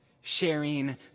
sharing